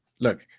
look